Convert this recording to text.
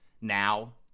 now